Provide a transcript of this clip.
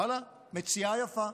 ואללה, מציאה יפה,